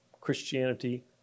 Christianity